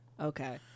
Okay